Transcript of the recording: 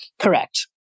Correct